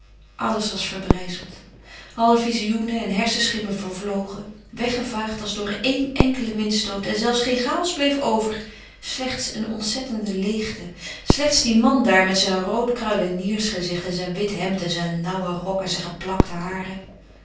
alles was verbrijzeld alle vizioenen en hersenschimmen vervlogen weggevaagd als door een enkelen windstoot en zelfs geen chaos bleef over slechts een ontzettende leegte slechts die man daar met zijn rood kruideniersgezicht en zijn wit hemd en zijn nauwen rok en zijn geplakte haren